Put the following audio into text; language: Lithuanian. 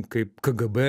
kaip kgb